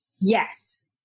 yes